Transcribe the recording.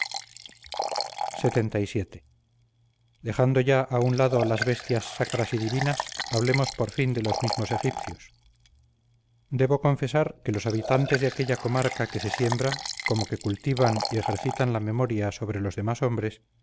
murciélago lxxvii dejando ya a un lado las bestias sacras y divinas hablemos por fin de los mismos egipcios debo confesar que los habitantes de aquella comarca que se siembra como que cultivan y ejercitan la memoria sobre los demás hombres